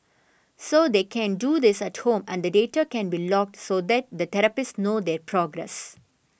so they can do this at home and the data can be logged so that the therapist knows their progress